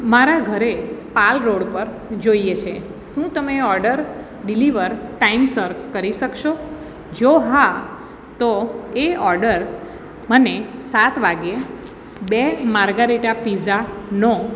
મારા ઘરે પાલ રોડ પર જોઈએ છે શું તમે ઓર્ડર ડિલિવર ટાઈમસર કરી શકશો જો હા તો એ ઓર્ડર મને સાત વાગ્યે બે માર્ગરેટા પીઝાનો